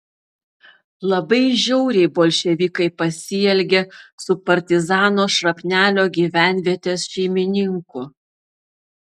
labai žiauriai bolševikai pasielgė su partizano šrapnelio gyvenvietės šeimininku